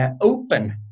open